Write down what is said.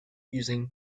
using